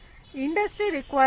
industry requirement